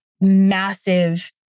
massive